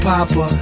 Papa